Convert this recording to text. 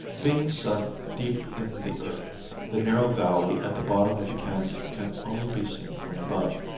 being sunk deep in the earth the narrow valley at the bottom of the canon can only be seen from above.